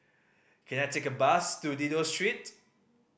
can I take a bus to Dido Street